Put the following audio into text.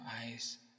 eyes